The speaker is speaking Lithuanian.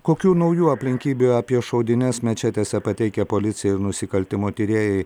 kokių naujų aplinkybių apie šaudynes mečetėse pateikė policijai nusikaltimo tyrėjai